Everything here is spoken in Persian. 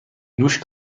دوش